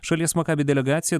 šalies makabi delegacija